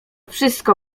wszystko